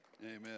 Amen